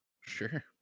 Sure